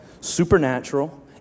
Supernatural